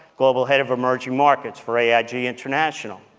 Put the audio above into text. global head of emerging markets for aig aig international.